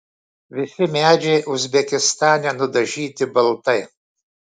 visi medžiai uzbekistane nudažyti baltai